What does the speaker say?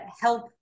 help